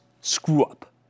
screw-up